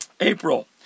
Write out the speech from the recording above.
April